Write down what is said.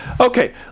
Okay